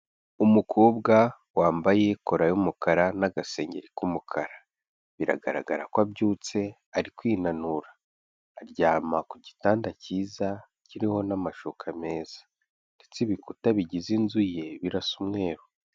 Umukobwa wambaye kola y'umukara n'agasengeri k'umukara, biragaragara ko abyutse ari kwinanura, aryama ku gitanda kiza kiriho n'amashuka meza, ndetse ibikuta bigize inzu ye birasa umweru.